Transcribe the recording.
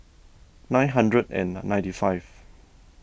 nine hundred and ninety five